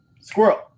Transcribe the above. squirrel